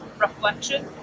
reflection